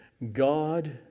God